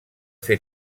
fer